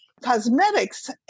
cosmetics